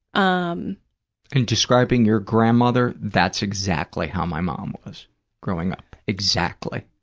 um and describing your grandmother, that's exactly how my mom was growing up, exactly.